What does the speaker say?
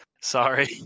sorry